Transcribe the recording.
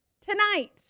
Tonight